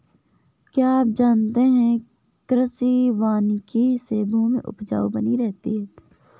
क्या आप जानते है कृषि वानिकी से भूमि उपजाऊ बनी रहती है?